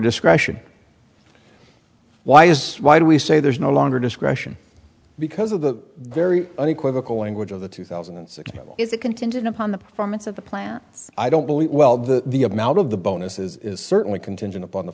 discretion why is why do we say there's no longer discretion because of the very unequivocal language of the two thousand and six is a contingent upon the performance of the plants i don't believe well that the amount of the bonuses is certainly contingent upon the